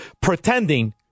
pretending